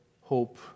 hope